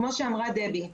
כמו שמרה דבי,